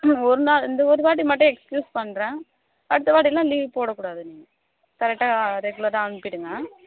ஒரு நாள் இந்த ஒரு வாட்டி மட்டும் எக்ஸ்க்யூஸ் பண்ணுறேன் அடுத்த வாட்டிலாம் லீவ் போடக்கூடாது நீங்கள் கரெக்டாக ரெகுலராக அனுப்பிடுங்கள்